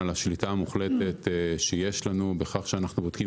על השליטה המוחלט שיש לנו בכך שאנחנו בודקים